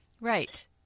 right